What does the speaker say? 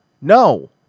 No